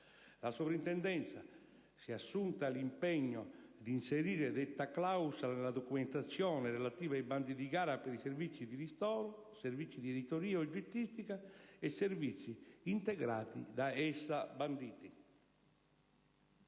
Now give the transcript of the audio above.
La Soprintendenza si è assunta l'impegno di inserire detta clausola nella documentazione relativa ai bandi di gara per servizi di ristoro, servizi di editoria e oggettistica e servizi integrati da essa banditi.